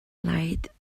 light